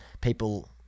people